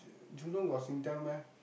Jurong got Singtel meh